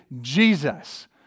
Jesus